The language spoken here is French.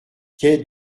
quai